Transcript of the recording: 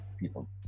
people